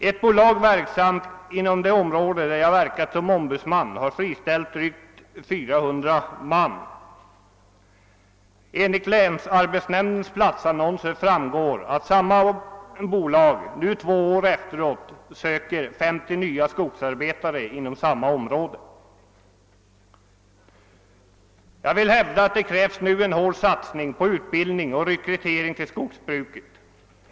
Ett bolag, verksamt inom det område där jag verkat som ombudsman, har friställt drygt 400 man. Av länsarbetsnämndens platsannonser framgår att samma bolag nu, två år efteråt, söker 30 nya skogsarbetare inom samma område. Jag vill hävda att det nu krävs en hård satsning på utbildning och rekrytering till skogsbruket.